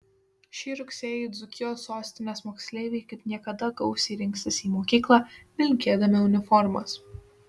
šį rugsėjį dzūkijos sostinės moksleiviai kaip niekada gausiai rinksis į mokyklą vilkėdami uniformas